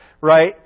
right